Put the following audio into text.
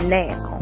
now